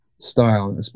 style